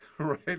right